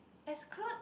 exclude